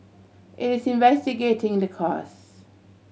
it is investigating the cause